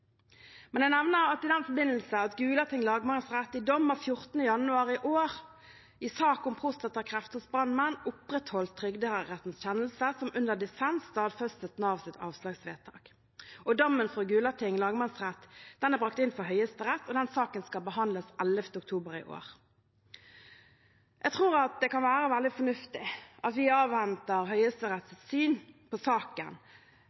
Jeg nevner i den forbindelse at Gulating lagmannsrett i dom av 14. januar i år i sak om prostatakreft hos en brannmann opprettholdt Trygderettens kjennelse, som under dissens stadfestet Navs avslagsvedtak. Dommen fra Gulating lagmannsrett er brakt inn for Høyesterett, og saken skal behandles 11. oktober i år. Jeg tror det kan være veldig fornuftig at vi avventer Høyesteretts